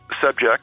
subject